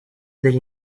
degli